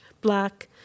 black